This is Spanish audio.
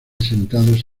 sentados